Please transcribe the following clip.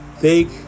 take